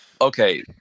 Okay